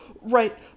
Right